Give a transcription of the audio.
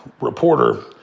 reporter